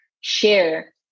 share